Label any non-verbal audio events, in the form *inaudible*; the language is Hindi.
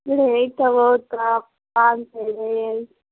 *unintelligible*